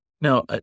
now